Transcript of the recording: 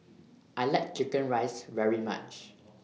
I like Chicken Rice very much